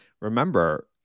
remember